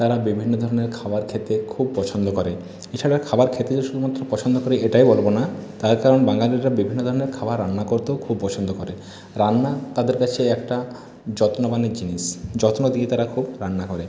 তারা বিভিন্ন ধরনের খাবার খেতে খুব পছন্দ করে এছাড়া খাবার খেতেই শুধুমাত্র পছন্দ করে এটাই বলবো না তার কারণ বাঙালিরা বিভিন্ন ধরনের খাবার রান্না করতেও খুব পছন্দ করে রান্না তাদের কাছে একটা যত্নবানের জিনিস যত্ন দিয়ে তারা খুব রান্না করে